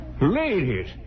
Ladies